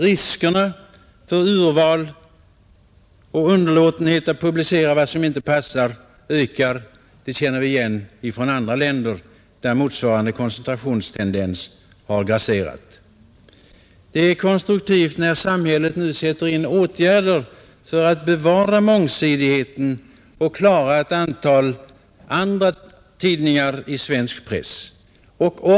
Riskerna för riktat urval och underlåtenhet att publicera vad som inte passar ökar. Det känner vi igen från andra länder, där motsvarande koncentrationstendens har grasserat. Det är konstruktivt när samhället nu sätter in åtgärder för att bevara mångsidigheten och klara ett antal andratidningar i svensk press.